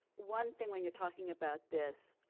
one thing when you're talking about this,